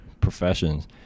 professions